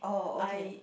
I